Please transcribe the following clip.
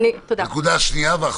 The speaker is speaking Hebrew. נקודה שנייה ואחרונה.